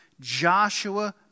Joshua